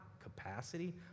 capacity